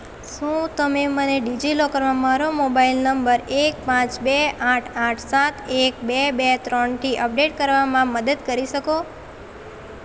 શું તમે મને ડિજિલોકરમાં મારો મોબાઇલ નંબર એક પાંચ બે આઠ આઠ સાત એક બે બે ત્રણથી અપડેટ કરવામાં મદદ કરી શકો